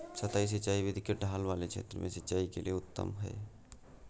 सतही सिंचाई विधि कम ढाल वाले क्षेत्रों में सिंचाई के लिए उत्तम है